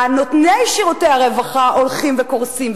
נותני שירותי הרווחה הולכים וקורסים,